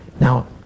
Now